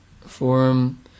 Forum